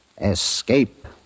Escape